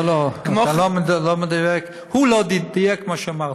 זה לא מדויק, הוא לא דייק במה שאמרתי.